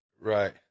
Right